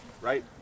Right